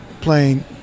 playing